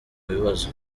bibazo